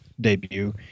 debut